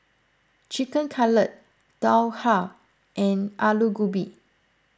Chicken Cutlet Dhokla and Alu Gobi